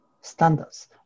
standards